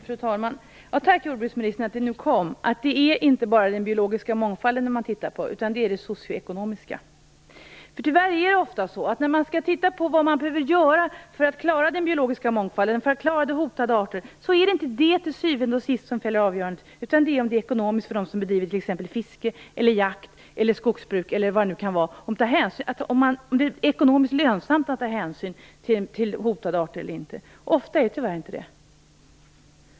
Fru talman! Tack, jordbruksministern, att det nu kom: det är inte bara den biologiska mångfalden som man tittar på, utan det är det socio-ekonomiska. Tyvärr är det ofta så, att när man skall titta på vad man behöver göra för att klara den biologiska mångfalden och för att klara hotade arter är det inte till syvende och sist det som fäller avgörandet, utan det är om det är ekonomiskt lönsamt att ta hänsyn till hotade arter eller inte för dem som bedriver t.ex. fiske, jakt, skogsbruk, eller vad det nu kan vara. Ofta är det tyvärr inte det.